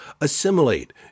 assimilate